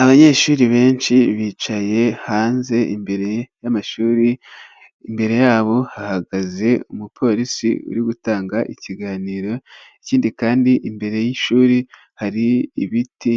Abanyeshuri benshi bicaye hanze imbere y'amashuri, imbere yabo hahagaze umupolisi uri gutanga ikiganiro, ikindi kandi imbere y'ishuri, hari ibiti